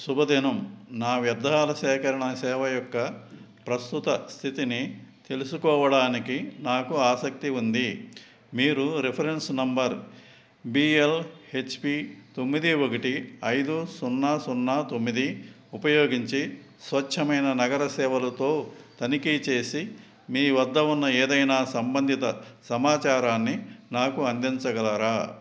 శుభదినం నా వ్యర్థాల సేకరణ సేవ యొక్క ప్రస్తుత స్థితిని తెలుసుకోవడానికి నాకు ఆసక్తి ఉంది మీరు reference number B L H P తొమ్మిది ఒకటి ఐదు సున్నా సున్నా తొమ్మిది ఉపయోగించి స్వచ్ఛమైన నగర సేవలతో తనిఖీ చేసి మీ వద్ద ఉన్న ఏదైనా సంబంధిత సమాచారాన్ని నాకు అందించగలరా